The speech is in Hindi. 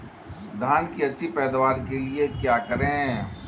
धान की अच्छी पैदावार के लिए क्या करें?